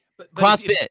CrossFit